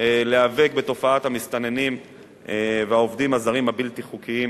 להיאבק בתופעת המסתננים והעובדים הזרים הבלתי-חוקיים,